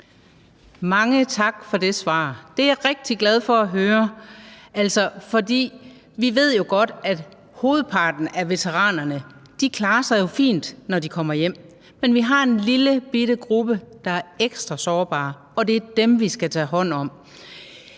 Mange tak for det svar. Det er jeg rigtig glad for at høre, for vi ved jo godt, at hovedparten af veteranerne klarer sig fint, når de kommer hjem, men vi har en lillebitte gruppe, der er ekstra sårbare, og det er dem, vi skal tage hånd om.